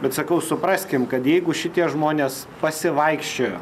bet sakau supraskim kad jeigu šitie žmonės pasivaikščiojo